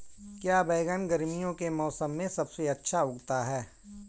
क्या बैगन गर्मियों के मौसम में सबसे अच्छा उगता है?